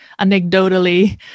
anecdotally